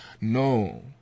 No